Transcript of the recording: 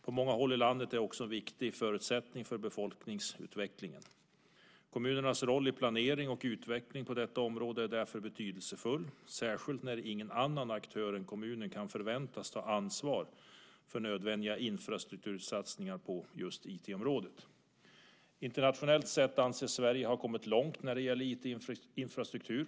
På många håll i landet är det också en viktig förutsättning för befolkningsutvecklingen. Kommunernas roll i planering och utveckling på detta område är därför betydelsefull - särskilt när ingen annan aktör än kommunen kan förväntas ta ansvar för nödvändiga infrastruktursatsningar på IT-området. Internationellt sett anses Sverige ha kommit långt när det gäller IT-infrastruktur.